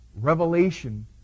revelation